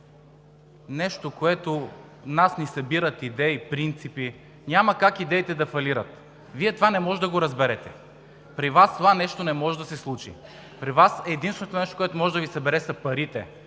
дружество. Нас ни събират идеи, принципи. Няма как идеите да фалират. Вие това не може да го разберете. При Вас това нещо не може да се случи. При Вас единственото нещо, което може да Ви събере, са парите,